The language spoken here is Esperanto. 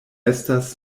estas